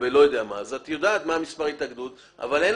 יכול להיות שאת יודעת מה מספר ההתאגדות אבל אין